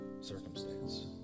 circumstance